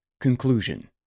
Conclusion